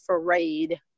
afraid